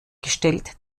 gestellt